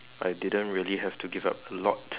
I didn't really have to give up a lot